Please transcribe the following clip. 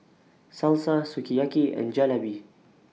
Salsa Sukiyaki and Jalebi